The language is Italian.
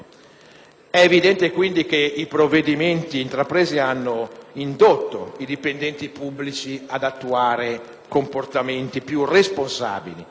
evidente che i provvedimenti adottati hanno indotto i dipendenti pubblici ad avere comportamenti più responsabili;